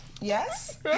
Yes